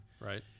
Right